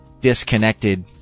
disconnected